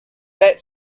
that